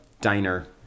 diner